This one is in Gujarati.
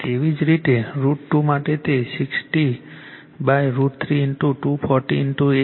તેવી જ રીતે √ 2 માટે તે 60 √ 3 240 0